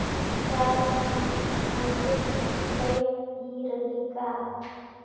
Recharge मा message pack भी रही का?